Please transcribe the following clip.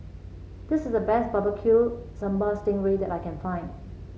this is the best Barbecue Sambal Sting Ray that I can find